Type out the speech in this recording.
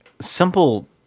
simple